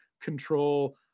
control